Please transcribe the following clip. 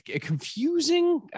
confusing